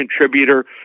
contributor